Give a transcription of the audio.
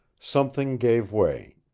something gave way.